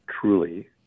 truly